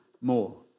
more